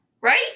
right